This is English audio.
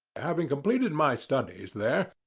having completed my studies there,